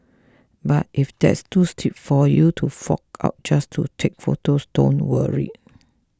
but if that's too steep for you to fork out just to take photos don't worry